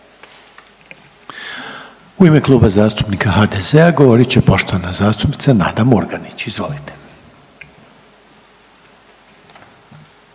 u ime Klub zastupnika HDZ-a govoriti poštovani zastupnik Nikola Mažar. Izvolite.